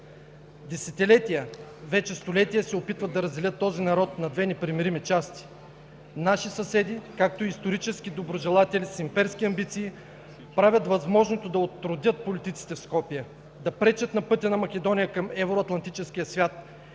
Десетилетия, вече столетия се опитват да разделят този народ на две непримирими части. Наши съседи, както и исторически доброжелатели с имперски амбиции, правят възможното да отродят политиците в Скопие, да пречат на пътя на Македония към евроатлантическия свят